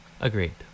Agreed